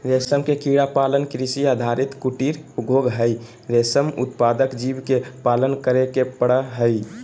रेशम के कीड़ा पालन कृषि आधारित कुटीर उद्योग हई, रेशम उत्पादक जीव के पालन करे के पड़ हई